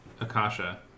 Akasha